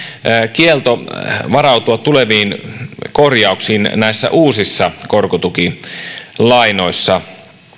kielto varautua tuleviin korjauksiin uusissa korkotukilainoissa